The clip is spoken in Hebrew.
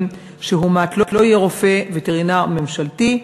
שהומת לא יהיה רופא וטרינר ממשלתי,